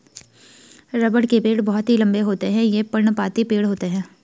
रबड़ के पेड़ बहुत ही लंबे होते हैं ये पर्णपाती पेड़ होते है